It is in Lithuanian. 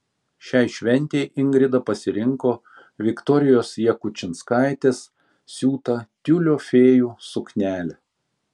šiai šventei ingrida pasirinko viktorijos jakučinskaitės siūtą tiulio fėjų suknelę